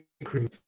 increase